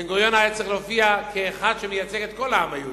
בן-גוריון היה צריך להופיע כאחד שמייצג את כל העם היהודי,